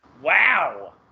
Wow